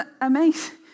amazing